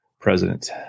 president